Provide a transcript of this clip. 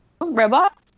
Robot